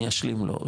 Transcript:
אני אשלים לו,